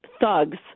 thugs